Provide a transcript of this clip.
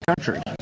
country